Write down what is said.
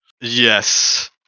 yes